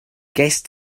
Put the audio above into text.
gest